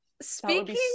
Speaking